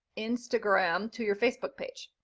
instagram to your facebook page.